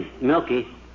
Milky